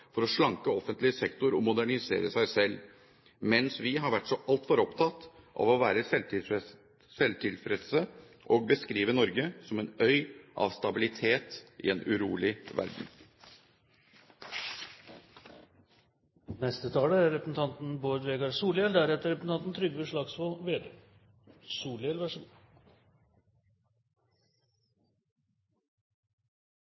for å slanke offentlig sektor og modernisere seg selv, mens vi har vært så altfor opptatte av å være selvtilfredse og beskrive Norge som en øy av stabilitet i en urolig verden. Først vil eg takke utanriksministeren for ei svært god